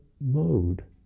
mode